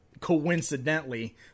coincidentally